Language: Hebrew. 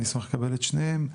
אני אשמח לקבל את שניהם,